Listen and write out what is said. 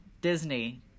Disney